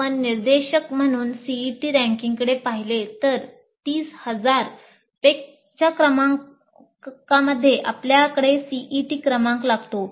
आपण निर्देशक म्हणून सीईटी रँकिंगकडे क्रमांक लागतो